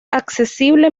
accesible